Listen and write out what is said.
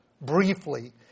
briefly